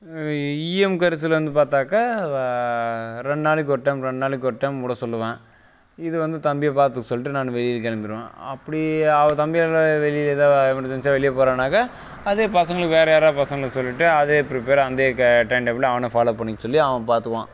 இஎம் கரிசல் வந்து பார்த்தாக்கா ரெண்டு நாளைக்கு ஒரு டைம் ரெண்டு நாளைக்கு ஒரு டைம் விட சொல்லுவேன் இது வந்து தம்பியை பார்த்துக்க சொல்லிட்டு நான் வெளியில் கிளம்பிடுவேன் அப்படி அ தம்பி வெளியில் எதாவது எமெர்ஜென்சியாக வெளியே போகிறானாக்க அதே பசங்களை வேறு யாராவது பசங்கள சொல்லிட்டு அதே பிரிப்பேர் அந்தே க டைம் டேபுள் அவனை ஃபாலோ பண்ணிக்க சொல்லி அவன் பார்த்துக்குவான்